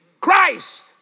Christ